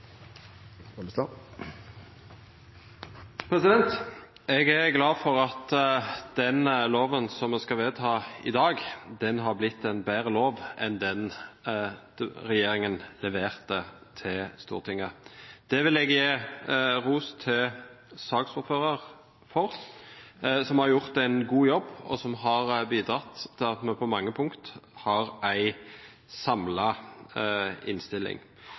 til. Jeg er glad for at den loven vi skal vedta i dag, har blitt en bedre lov enn den regjeringen leverte til Stortinget. For det vil jeg gi ros til saksordføreren, som har gjort en god jobb, og som har bidratt til at vi på mange punkter har en samlet innstilling.